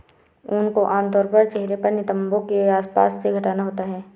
ऊन को आमतौर पर चेहरे और नितंबों के आसपास से हटाना होता है